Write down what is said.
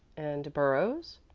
and burrows?